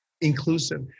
inclusive